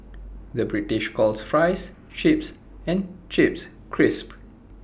the British calls Fries Chips and Chips Crisps